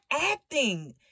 acting